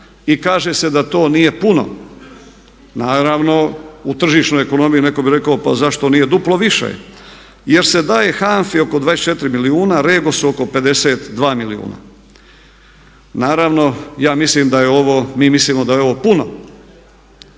i kaže se da to nije puno. Naravno u tržišnoj ekonomiji netko bi rekao pa zašto nije duplo više jer se daje HANFA-i oko 24 milijuna, REGOS-u oko 52 milijuna. Naravno ja mislim da je ovo, mi mislimo da je ovo puno.